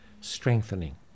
strengthening